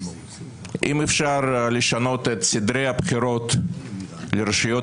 אם אפשר לשנות את סדרי הבחירות לרשויות